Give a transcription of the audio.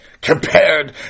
Compared